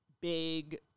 big